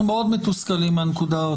אבל אנחנו מאוד מתוסכלים מהנקודה הזאת.